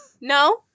no